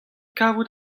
kavout